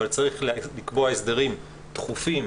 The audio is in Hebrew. אבל צריך לקבוע הסדרים דחופים,